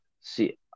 see